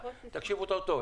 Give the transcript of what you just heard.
תקשיבו טוב טוב,